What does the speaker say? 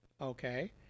okay